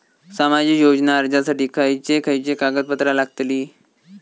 सामाजिक योजना अर्जासाठी खयचे खयचे कागदपत्रा लागतली?